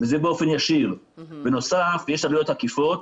כי זה לא מוגדר כחופים,